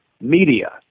media